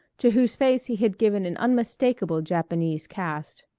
to whose face he had given an unmistakable japanese cast.